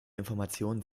informationen